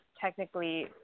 technically